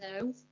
No